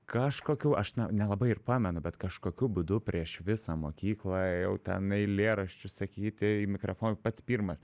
kažkokių aš nelabai ir pamenu bet kažkokiu būdu prieš visą mokyklą ėjau ten eilėraščius sakyti į mikrofo pats pirmas